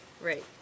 Right